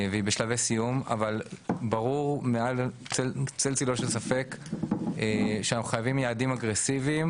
אבל ברור מעל כל צל צלו של ספק שאנחנו חייבים יעדים אגרסיביים